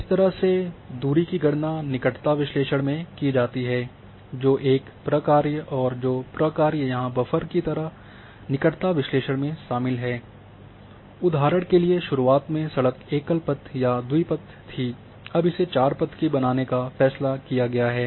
इस तरह से दूरी की गणना निकटता विश्लेषण में की जाती है जो एक प्रक्रिया और जो प्रक्रिया यहां बफर की तरह निकटता विश्लेषण में शामिल है उदाहरण के लिए शुरुआत में सड़क एकल पथ या द्वी पथ थी अब इसे चार पथ की बनाने का फैसला किया गया है